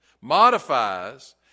modifies